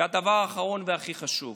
והדבר האחרון והכי חשוב: